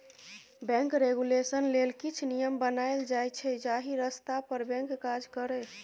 bank regulation लेल किछ नियम बनाएल जाइ छै जाहि रस्ता पर बैंक काज करय